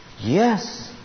Yes